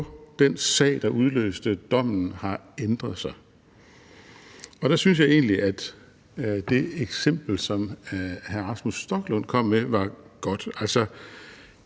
den sag, der udløste dommen, har ændret sig. Der synes jeg egentlig, at det eksempel, som hr. Rasmus Stoklund kom med, var godt,